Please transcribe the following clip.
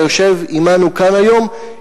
היושב עמנו כאן היום,